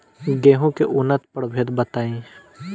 गेंहू के उन्नत प्रभेद बताई?